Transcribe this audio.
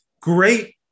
great